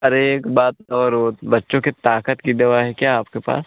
अरे एक बात और वह बच्चों के ताकत की दवा है क्या आपके पास